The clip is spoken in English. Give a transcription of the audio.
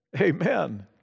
amen